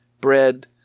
bread